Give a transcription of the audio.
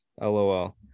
lol